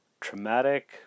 traumatic